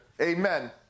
Amen